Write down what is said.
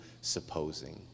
supposing